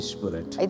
Spirit